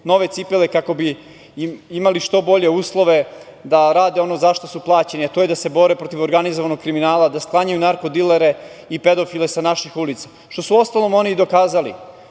nove cipele kako bi imali što bolje uslove da rade ono za šta su plaćeni, a to je da se bore protiv organizovanog kriminala, da sklanjaju narko-dilere i pedofile sa naših ulica. Što su, uostalom oni i dokazali.